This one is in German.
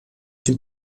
den